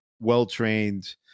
well-trained